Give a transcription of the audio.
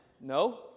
No